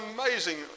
amazing